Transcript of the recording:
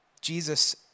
Jesus